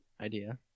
idea